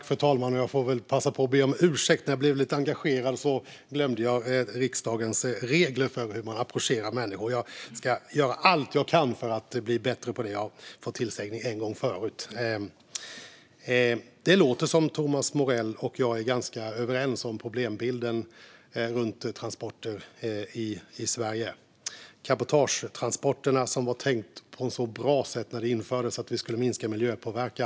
Fru talman! Jag får passa på att be om ursäkt. När jag blev lite engagerad glömde jag riksdagens regler för hur man approcherar människor. Jag ska göra allt jag kan för att bli bättre på det. Jag har fått tillsägning en gång förut. Det låter som att Thomas Morell och jag är ganska överens om problembilden runt transporter i Sverige. När cabotagetransporterna infördes var det bra tänkt - de skulle minska miljöpåverkan.